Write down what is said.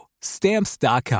Stamps.com